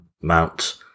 Mount